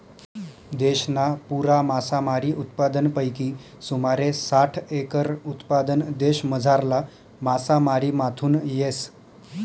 देशना पुरा मासामारी उत्पादनपैकी सुमारे साठ एकर उत्पादन देशमझारला मासामारीमाथून येस